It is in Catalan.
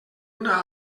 una